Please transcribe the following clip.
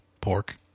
pork